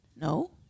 No